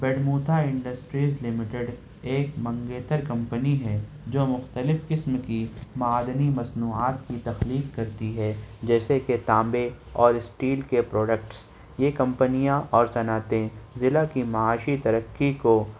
بیٹموتھا industry limited ایک منگیتر کمپنی ہے جو مختلف قسم کی معدنی مصنوعات کی تخلیق کرتی ہے جیسے کہ تانبے اور اسٹیل کے پروڈکٹس یہ کمپنیاں اور صنعتیں ضلع کی معاشی ترقی کو